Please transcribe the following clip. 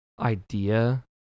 idea